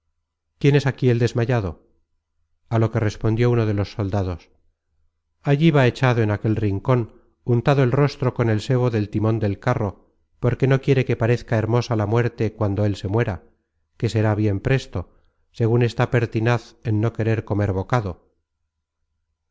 es aquí el desmayado á lo que respondió uno de los soldados allí va echado en aquel rincon untado el rostro con el sebo del timon del carro porque no quiere que parezca hermosa la muerte cuando él se muera que será bien presto segun está pertinaz en no querer comer bocado